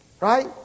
Right